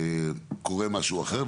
שקורה משהו אחר.